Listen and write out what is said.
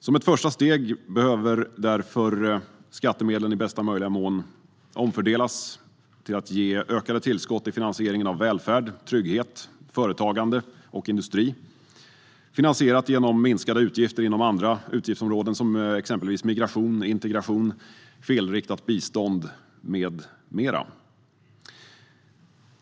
Som ett första steg behöver skattemedlen i mesta möjliga mån omfördelas för att ge ökade tillskott i finansieringen av välfärd, trygghet, företagande och industri, finansierat genom minskade utgifter på andra områden, exempelvis migration, integration, felriktat bistånd med mera.